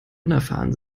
unerfahren